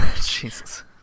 Jesus